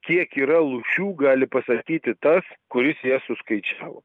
kiek yra lūšių gali pasakyti tas kuris jas suskaičiavo